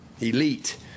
elite